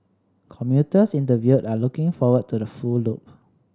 commuters interviewed are looking forward to the full loop